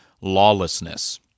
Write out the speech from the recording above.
lawlessness